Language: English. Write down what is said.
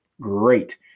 great